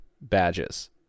badges